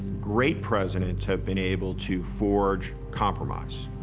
great presidents have been able to forge compromise.